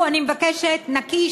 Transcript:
תודה.